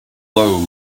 load